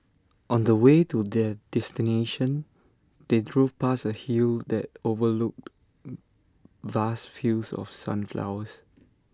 on the way to their destination they drove past A hill that overlooked vast fields of sunflowers